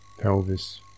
pelvis